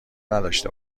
نداشته